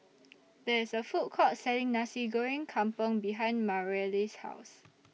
There IS A Food Court Selling Nasi Goreng Kampung behind Mareli's House